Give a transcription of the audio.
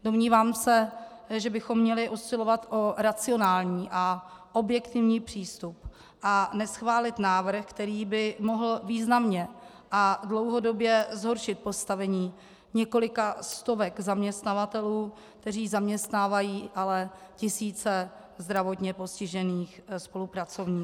Domnívám se, že bychom měli usilovat o racionální a objektivní přístup a neschválit návrh, který by mohl významně a dlouhodobě zhoršit postavení několika stovek zaměstnavatelů, kteří zaměstnávají ale tisíce zdravotně postižených spolupracovníků.